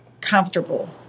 comfortable